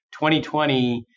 2020